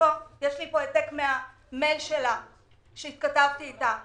יש לי העתק ממייל שהתכתבתי עם סימה לגבי זה.